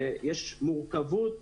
יש מורכבות